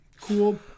cool